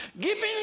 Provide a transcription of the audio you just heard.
giving